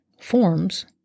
forms